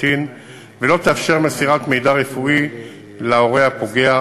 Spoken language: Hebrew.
לקטין ולא תאפשר מסירת מידע רפואי להורה הפוגע,